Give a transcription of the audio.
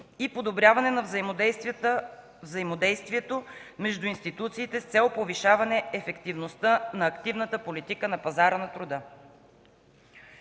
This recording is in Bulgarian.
и подобряване на взаимодействието между институциите с цел повишаване ефективността на активната политика на пазара на труда.